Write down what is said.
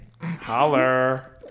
Holler